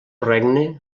regne